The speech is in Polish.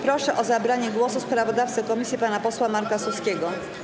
Proszę o zabranie głosu sprawozdawcę komisji pana posła Marka Suskiego.